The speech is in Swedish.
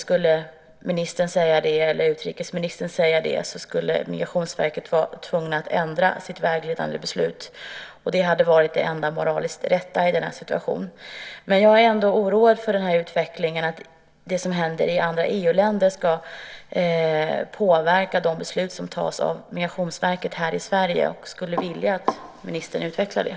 Skulle ministern eller utrikesministern säga det skulle Migrationsverket vara tvunget att ändra sitt vägledande beslut. Det hade varit det enda moraliskt rätta i den här situationen. Men jag är ändå oroad över den här utvecklingen, att det som händer i andra EU-länder ska påverka de beslut som tas av Migrationsverket här i Sverige. Jag skulle vilja att ministern utvecklar det.